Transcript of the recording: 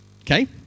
Okay